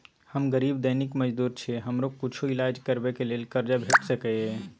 हम गरीब दैनिक मजदूर छी, हमरा कुछो ईलाज करबै के लेल कर्जा भेट सकै इ?